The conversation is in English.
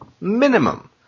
minimum